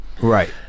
Right